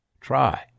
Try